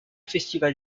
festival